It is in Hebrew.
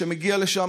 מגיע לשם,